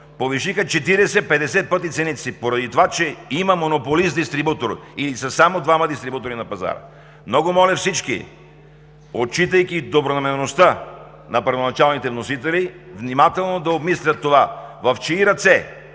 повишиха 40 – 50 пъти цените си, поради това че има монополист – дистрибутор, или са само двама дистрибутори на пазара. Много моля всички, отчитайки добронамереността на първоначалните вносители, внимателно да обмислят това – в чии ръце